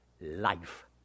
life